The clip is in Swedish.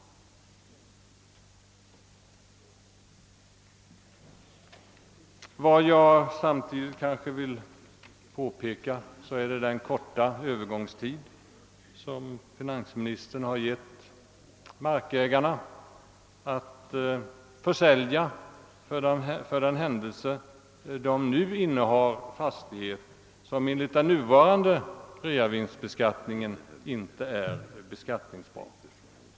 Samtidigt vill jag peka på den korta övergångstid som finansministern har gett markägarna att försälja marken för den händelse de nu innehar fastighet, som enligt den nuvarande reavinstbeskattningen inte är beskattningsbar.